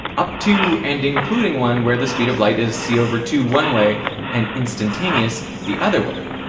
up to and including one where the speed of light is c over two one way and instantaneous the other way.